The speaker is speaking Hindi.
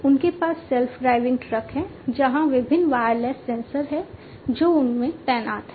उनके पास सेल्फ ड्राइविंग ट्रक हैं जहां विभिन्न वायरलेस सेंसर हैं जो उनमें तैनात हैं